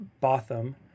Botham